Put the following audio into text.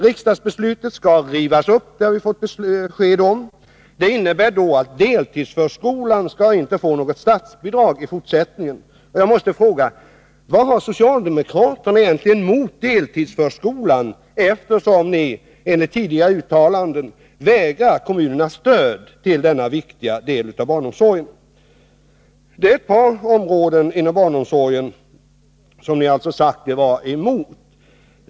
Riksdagsbeslutet skall rivas upp, har vi fått besked om. Det innebär då att deltidsförskolan inte skall få något statsbidrag i fortsättningen. Jag måste fråga: Vad har socialdemokraterna egentligen emot deltidsförskolan, eftersom ni enligt tidigare uttalanden vägrar kommunerna stöd till denna viktiga del av barnomsorgen? Detta är ett par områden inom barnomsorgen som ni alltså sagt er vara emot.